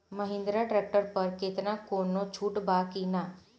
Mahindra tractor पर केतना कौनो छूट बा कि ना?